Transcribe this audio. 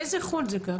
איזה חוץ לארץ.